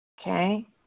Okay